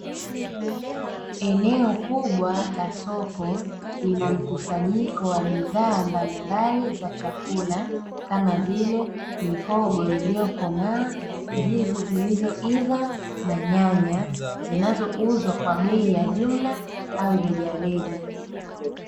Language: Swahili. Eneo kubwa la soko linamkusanyiko wa bidhaa mbalimbali za chakula kama vile mihogo iliyokomaa, ndizi zilizoiva na nyanya zinazouzwa kwa bei ya jumla au rejareja.